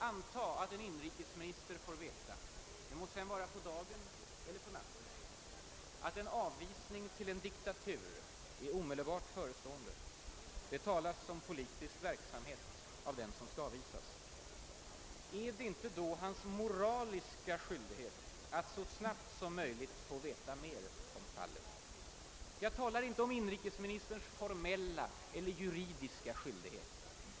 Antag att en inrikesminister får veta, det må vara på dagen eller på natten, att en avvisning till en diktatur är omedelbart förestående. Det talas om att den som skall avvisas har bedrivit politisk verksamhet. Är det inte då hans moraliska skyldighet att så snabbt som möjligt försöka få veta mera om fallet? Jag talar inte om inrikesministerns formella eller juridiska skyldighet.